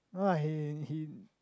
no lah he he he